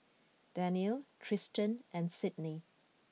Daniele Tristen and Sidney